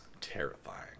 terrifying